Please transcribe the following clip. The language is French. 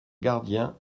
gardien